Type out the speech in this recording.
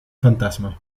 fantasma